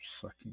sucking